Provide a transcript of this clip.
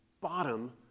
bottom